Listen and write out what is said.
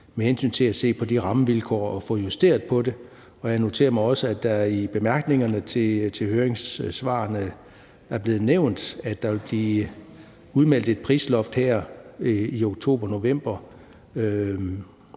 med hensyn til at se på de rammevilkår og få justeret det. Jeg noterer mig også, at det i bemærkningerne til høringssvarene er blevet nævnt, at der vil blive udmeldt et prisloft her i oktober-november